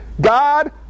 God